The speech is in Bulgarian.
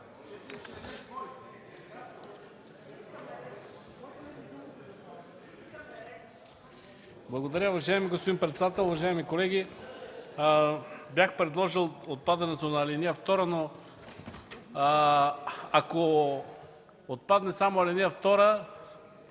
Благодаря. Уважаеми господин председател, уважаеми колеги! Бях предложил отпадането на ал. 2, но ако отпадне само ал. 2,